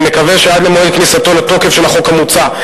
אני מקווה שעד למועד כניסתו לתוקף של החוק המוצע,